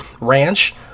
ranch